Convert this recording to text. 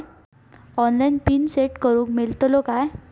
Online pin set करूक मेलतलो काय?